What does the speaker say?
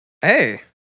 Hey